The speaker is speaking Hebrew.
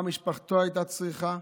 מה משפחתו הייתה צריכה.